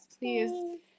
Please